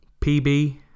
PB